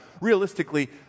Realistically